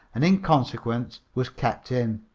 and in consequence was kept in.